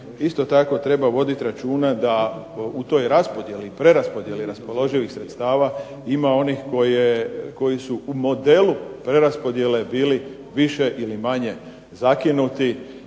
isto tako treba vodit računa da u toj raspodjeli, preraspodjeli raspoloživih sredstava ima onih koji su u modelu preraspodjele bili više ili manje zakinuti